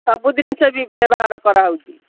ସବୁ ଜିନିଷ ବ୍ୟବହାର କରାହେଉଛି